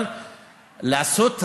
אבל רק לעשות "וי",